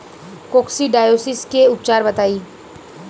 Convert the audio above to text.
Coccidiosis के उपचार बताई?